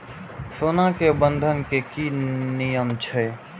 सोना के बंधन के कि नियम छै?